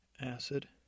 acid